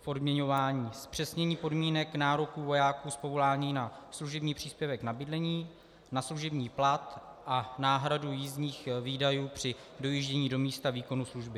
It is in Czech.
v odměňování, zpřesnění podmínek nároků vojáků z povolání na služební příspěvek na bydlení, na služební plat a náhradu jízdních výdajů při dojíždění do místa výkonu služby.